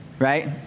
Right